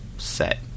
Set